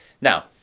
Now